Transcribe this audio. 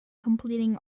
completing